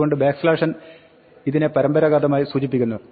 അതുകൊണ്ട് n ഇതിനെ പരമ്പരാഗതമായി സൂചിപ്പിക്കുന്നു